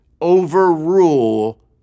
overrule